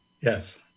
Yes